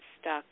stuck